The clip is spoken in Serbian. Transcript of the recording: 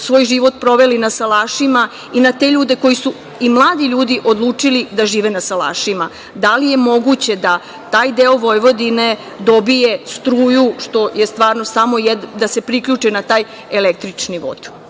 svoj život proveli na salašima i na te ljude koji su, i mladi ljudi, odlučili da žive na salašima? Da li je moguće da taj deo Vojvodine dobije struju, da se priključe na taj električni vod?